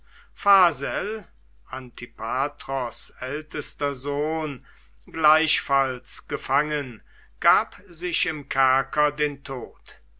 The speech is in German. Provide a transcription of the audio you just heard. antipatros ältester sohn gleichfalls gefangen gab sich im kerker den tod